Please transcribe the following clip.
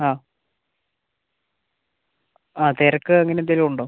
ആ ആ തിരക്ക് അങ്ങനെ എന്തേലും ഉണ്ടോ